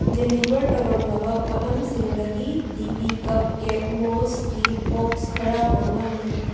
deliver ꯇꯧꯔꯝꯂꯕ ꯄꯣꯠꯂꯝꯁꯤꯡꯗꯒꯤ D P cupcake ꯃꯣꯜꯁꯀꯤ ꯕꯣꯛ ꯈꯔ ꯃꯥꯡꯂꯝꯃꯦ